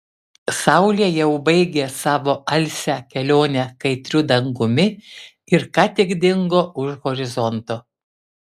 saulė jau baigė savo alsią kelionę kaitriu dangumi ir ką tik dingo už horizonto